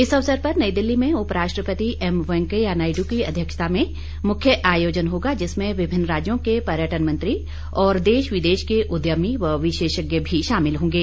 इस अवसर पर नई दिल्ली में उप राष्ट्रपति वेंकेया नायडू की अध्यक्षता में मुख्य आयोजन होगा जिसमें विभिन्न राज्यों के पर्यटन मन्त्री और देश विदेश के उद्यमी व विशेषज्ञ भी शामिल होंगे